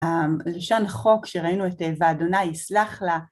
ראשון חוק שראינו את זה, ואדוני יסלח לה